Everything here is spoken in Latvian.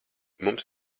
mums